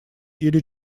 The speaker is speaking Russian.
или